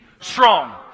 strong